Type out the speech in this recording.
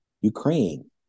Ukraine